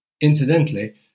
Incidentally